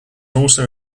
also